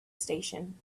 station